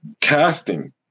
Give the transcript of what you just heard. Casting